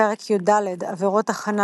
פרק י"ד עבירות הכנה